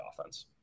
offense